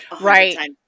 right